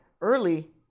early